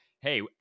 hey